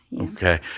Okay